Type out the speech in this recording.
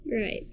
Right